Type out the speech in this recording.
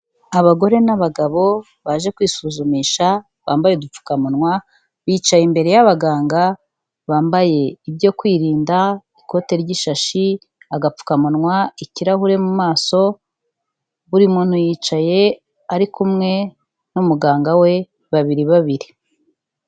Abagore n'abagabo baje kwisuzumisha, bambaye udupfukamunwa, bicaye imbere y'abaganga bambaye ibyo kwirinda, ikote ry'ishashi, agapfukamunwa, ikirahure mu maso, buri muntu yicaye ari kumwe n'umuganga we, babiri babiri.